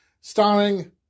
starring